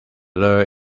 lure